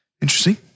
Interesting